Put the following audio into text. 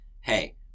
hey